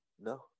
no